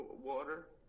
water